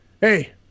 hey